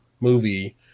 movie